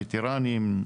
וטרנים,